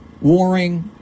warring